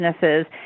businesses